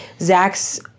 Zach's